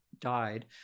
died